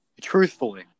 truthfully